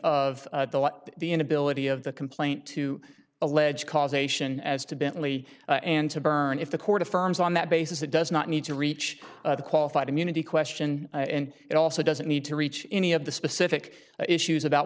of the inability of the complaint to allege causation as to bentley and to burn if the court affirms on that basis it does not need to reach the qualified immunity question and it also doesn't need to reach any of the specific issues about